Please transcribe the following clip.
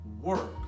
work